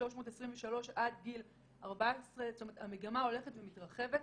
323 עד גיל 14. המגמה הולכת ומתרחבת.